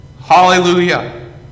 hallelujah